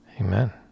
Amen